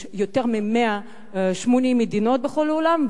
יש יותר מ-180 מדינות בכל העולם,